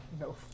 No